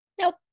Nope